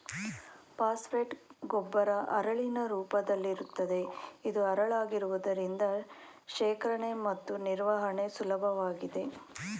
phosphate ಗೊಬ್ಬರ ಹರಳಿನ ರೂಪದಲ್ಲಿರುತ್ತದೆ ಇದು ಹರಳಾಗಿರುವುದರಿಂದ ಶೇಖರಣೆ ಮತ್ತು ನಿರ್ವಹಣೆ ಸುಲಭವಾಗಿದೆ